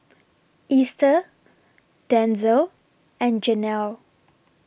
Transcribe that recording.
Easter Denzel and Jenelle